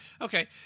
Okay